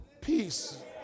peace